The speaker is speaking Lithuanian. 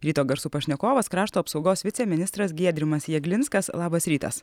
ryto garsų pašnekovas krašto apsaugos viceministras giedrimas jeglinskas labas rytas